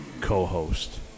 Co-host